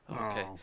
Okay